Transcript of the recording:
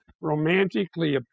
romantically